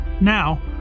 Now